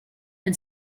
and